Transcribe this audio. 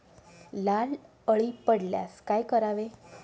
लाल अळी पडल्यास काय करावे?